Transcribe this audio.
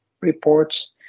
reports